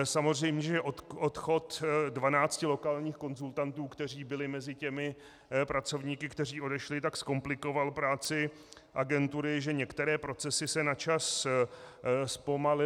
Samozřejmě že odchod dvanácti lokálních konzultantů, kteří byli mezi těmi pracovníky, kteří odešli, zkomplikoval práci agentury, že některé procesy se na čas zpomalily.